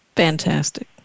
Fantastic